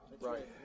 Right